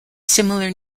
similar